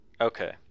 okay